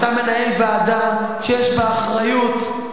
אתה מנהל ועדה שיש בה אחריות,